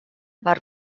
per